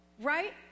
Right